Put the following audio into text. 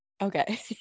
okay